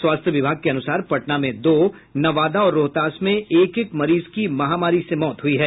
स्वास्थ्य विभाग के अनुसार पटना में दो नवादा और रोहतास में एक एक मरीज की महामारी से मौत हुई है